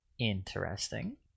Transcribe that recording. Interesting